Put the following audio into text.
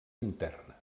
interna